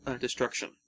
destruction